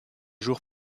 jours